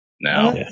now